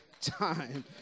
Time